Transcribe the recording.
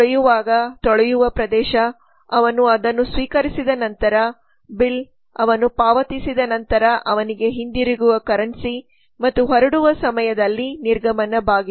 ತೊಳೆಯುವಾಗ ತೊಳೆಯುವ ಪ್ರದೇಶ ಅವನು ಅದನ್ನು ಸ್ವೀಕರಿಸಿದ ನಂತರ ಬಿಲ್ ಅವನು ಪಾವತಿಸಿದ ನಂತರ ಅವನಿಗೆ ಹಿಂದಿರುಗುವ ಕರೆನ್ಸಿ ಮತ್ತು ಹೊರಡುವ ಸಮಯದಲ್ಲಿ ನಿರ್ಗಮನ ಬಾಗಿಲು